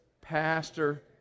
pastor